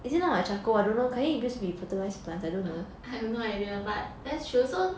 I've no idea but that's true so